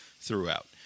throughout